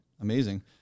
Amazing